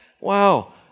wow